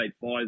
five